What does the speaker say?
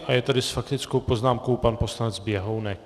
A je tady s faktickou poznámkou pan poslanec Běhounek.